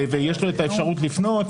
ויש לו אפשרות לפנות,